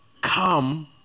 come